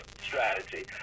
strategy